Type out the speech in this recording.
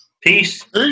Peace